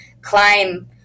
climb